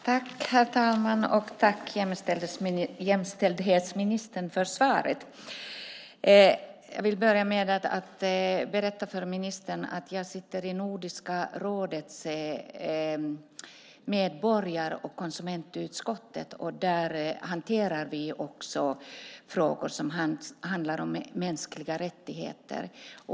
Herr talman! Jag tackar jämställdhetsministern för svaret. Jag vill börja med att berätta för ministern att jag sitter i Nordiska rådets medborgar och konsumentutskott. Där hanterar vi också frågor som handlar om mänskliga rättigheter.